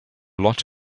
lot